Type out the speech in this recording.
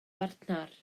bartner